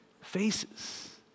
faces